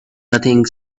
nothing